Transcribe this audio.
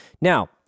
Now